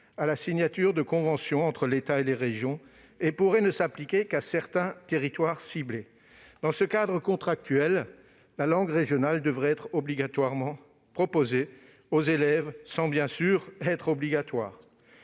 la signature de conventions entre l'État et les régions et pourrait ne s'appliquer qu'à certains territoires ciblés. Dans ce cadre contractuel, la langue régionale devrait être obligatoirement proposée aux élèves sans, bien sûr, être obligatoire.